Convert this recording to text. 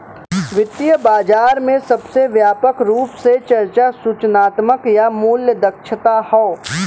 वित्तीय बाजार में सबसे व्यापक रूप से चर्चा सूचनात्मक या मूल्य दक्षता हौ